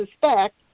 suspect